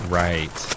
right